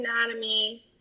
Anatomy